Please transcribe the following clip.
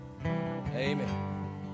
amen